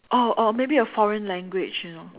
or or maybe a foreign language you know